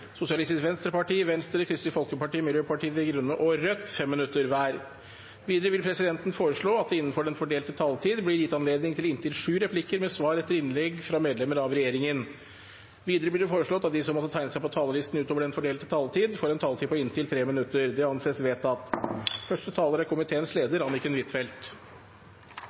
Sosialistisk Venstreparti, Venstre, Kristelig Folkeparti, Miljøpartiet De Grønne og Rødt 5 minutter hver. Videre vil presidenten forslå at det – innenfor den fordelte taletid – blir gitt anledning til inntil sju replikker med svar etter innlegg fra medlemmer av regjeringen. Videre blir det foreslått at de som måtte tegne seg på talerlisten utover den fordelte taletid, får en taletid på inntil 3 minutter. – Det anses vedtatt.